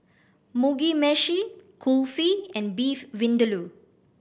Mugi Meshi Kulfi and Beef Vindaloo